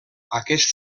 aquest